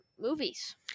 movies